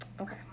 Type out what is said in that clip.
Okay